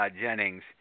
Jennings